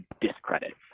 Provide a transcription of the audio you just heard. discredit